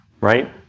right